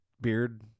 beard